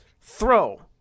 Throw